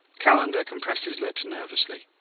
calendar compressed his lips nervously.